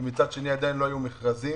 מצד שני עדיין לא היו מכרזים